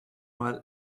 mal